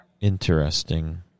interesting